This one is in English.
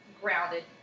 grounded